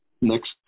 next